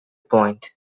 point